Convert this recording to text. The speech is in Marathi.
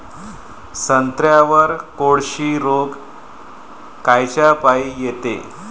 संत्र्यावर कोळशी रोग कायच्यापाई येते?